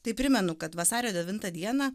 tai primenu kad vasario devintą dieną